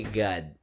god